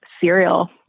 cereal